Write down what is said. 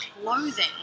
clothing